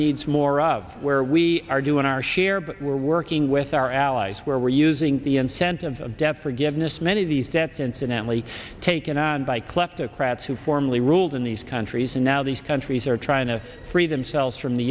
needs more of where we are doing our share but we're working with our allies where we're using the incentives of death forgiveness many of these depth incidentally taken on by kleptocrats who formerly ruled in these countries and now these countries are trying to free themselves from the